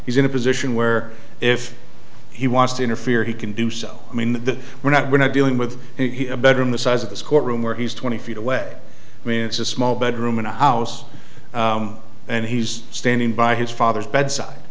he's in a position where if he wants to interfere he can do so i mean that we're not we're not dealing with he a bedroom the size of this courtroom where he's twenty feet away i mean it's a small bedroom in a house and he's standing by his father's bedside